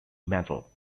mantle